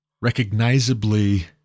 recognizably